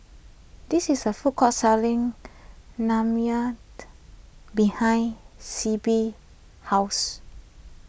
there is a food court selling behind Sibbie's house